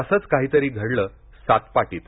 असंच काहीतरी घडलं सातपाटीत